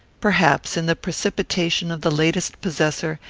perhaps, in the precipitation of the latest possessor,